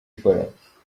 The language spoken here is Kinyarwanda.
ikora